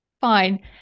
Fine